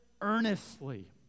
earnestly